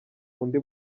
undi